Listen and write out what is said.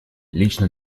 лично